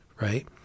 right